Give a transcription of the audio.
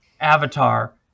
avatar